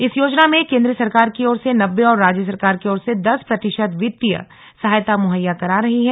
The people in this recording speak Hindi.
इस योजना में केंद्र सरकार की ओर से नब्बे और राज्य सरकार की ओर से दस प्रति ात वित्तीय सहायता मुहैया करा रही है